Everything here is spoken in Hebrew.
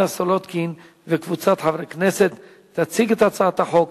אנחנו ממשיכים בסדר-היום: הצעת חוק